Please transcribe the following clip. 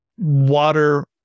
water